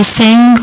sing